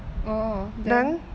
orh then